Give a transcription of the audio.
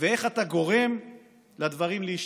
ואיך אתה גורם לדברים להשתנות.